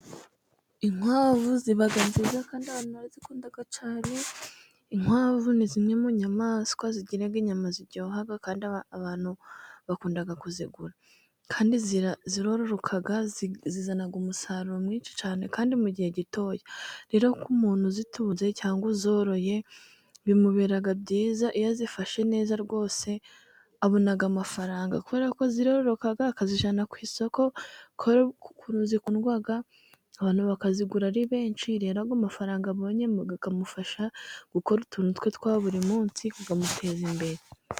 Inkwavu ziba nziza kandi abantu barazikunda cyane. Inkwavu ni zimwe mu nyamaswa zigira inyama ziryoha, kandi abantu bakunda kuzigura, kandi zororoka vuba, zizana umusaruro mwinshi cyane, kandi mu gihe gitoya. Rero ku muntu uzitunze cyangwa uzoroye bimubera byiza iyo azifashe neza, rwose abona amafaranga kubera ko ziroroka, akazijyana ku isoko kubera ko zikundwa abantu bakazigura ari benshi. Rero amafaranga abonyemo, bikamufasha gukora utuntu twa buri munsi bikamuteza imbere.